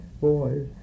boys